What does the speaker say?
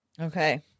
Okay